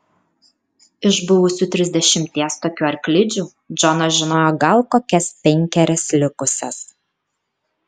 iš buvusių trisdešimties tokių arklidžių džonas žinojo gal kokias penkerias likusias